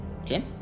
Okay